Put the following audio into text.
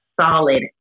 solid